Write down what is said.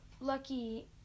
lucky